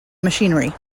machinery